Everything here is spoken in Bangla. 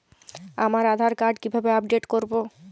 আমার আধার কার্ড কিভাবে আপডেট করব?